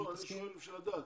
לא, אני שואל בשביל לדעת.